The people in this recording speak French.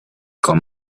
quand